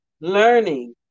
learning